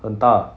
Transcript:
很大